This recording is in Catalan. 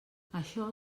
això